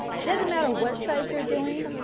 it doesn't matter what size you are doing,